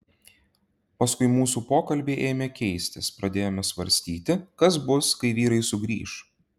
paskui mūsų pokalbiai ėmė keistis pradėjome svarstyti kas bus kai vyrai sugrįš